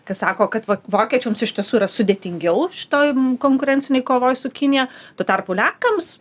kas sako kad vokiečiams iš tiesų yra sudėtingiau šitoj konkurencinėj kovoj su kinija tuo tarpu lenkams